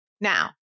Now